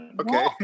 Okay